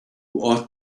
ought